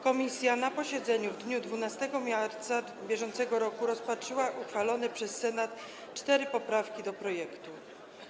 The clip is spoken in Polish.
Komisja na posiedzeniu w dniu 12 marca br. rozpatrzyła uchwalone przez Senat cztery poprawki do ustawy.